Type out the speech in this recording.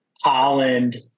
holland